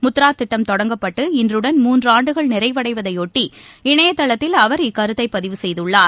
முத்ராதிட்டம் தொடங்கப்பட்டு இன்றுடன் மூன்றாண்டுகள் நிறைவடைவதையொட்டி இணையதளத்தில் அவர் இக்கருத்தைபதிவு செய்துள்ளார்